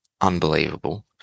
unbelievable